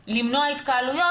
של למנוע התקהלויות,